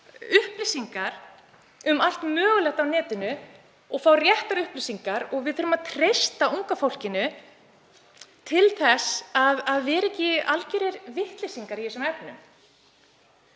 upplýsingar um allt mögulegt á netinu og fá réttar upplýsingar. Við þurfum að treysta unga fólkinu til þess að vera ekki algerir vitleysingar í þeim efnum.